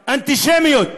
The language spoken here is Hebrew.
אנטישמיות.